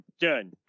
done